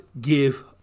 give